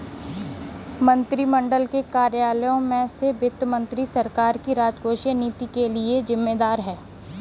मंत्रिमंडल के कार्यालयों में से वित्त मंत्री सरकार की राजकोषीय नीति के लिए जिम्मेदार है